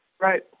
right